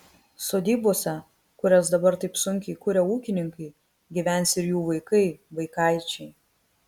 sodybose kurias dabar taip sunkiai kuria ūkininkai gyvens ir jų vaikai vaikaičiai